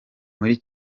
muri